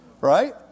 Right